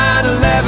9-11